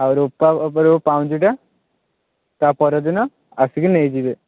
ଆଉ ରୂପାର ଆପଣଙ୍କର ପାଉଁଜିଟା ତା ପରଦିନ ଆସିକି ନେଇଯିବେ